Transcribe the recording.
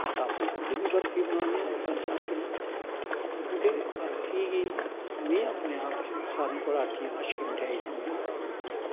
अस आपूं खुद बी बर्फी बनान्ने आं पंज चार किलो क्योंकि बर्फी गी में अपने आप च सारें कोला अच्छी मठेआई समझना